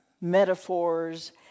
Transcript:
metaphors